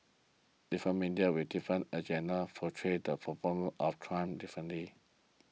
different media with different agendas portray the performance of Trump differently